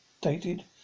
dated